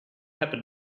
happen